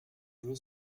bon